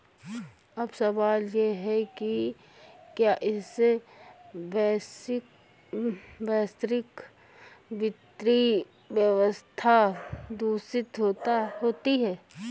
अब सवाल यह है कि क्या इससे वैश्विक वित्तीय व्यवस्था दूषित होती है